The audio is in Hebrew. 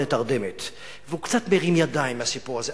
לתרדמת והוא קצת מרים ידיים מהסיפור הזה.